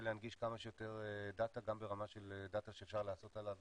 להנגיש כמה שיותר דאטה גם ברמה של דאטה שאפשר לעשות עליו